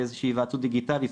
לאיזושהי היוועצות דיגיטלית,